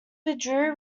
withdrew